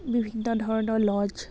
বিভিন্ন ধৰণৰ লজ